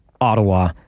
Ottawa